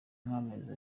nk’amezi